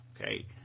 Okay